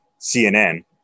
CNN